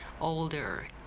older